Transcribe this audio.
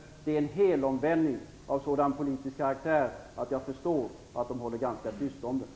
Det är en helomvändning av sådan politisk karaktär att jag förstår att de håller ganska tyst om den.